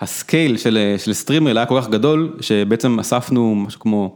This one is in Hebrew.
הסקייל של אה.. של סטרימר היה כל כך גדול שבעצם אספנו משהו כמו.